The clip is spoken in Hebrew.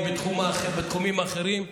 הן בתחומים אחרים,